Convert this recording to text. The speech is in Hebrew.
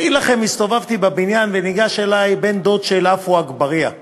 יציג את הצעת החוק היושב-ראש האולטימטיבי,